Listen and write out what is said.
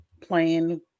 playing